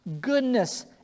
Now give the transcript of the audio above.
goodness